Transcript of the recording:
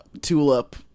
Tulip